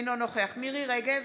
אינו נוכח מירי מרים רגב,